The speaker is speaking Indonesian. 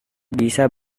bisa